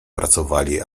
pracowali